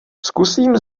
zkusím